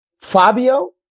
Fabio